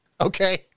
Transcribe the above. Okay